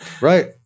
Right